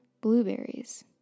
blueberries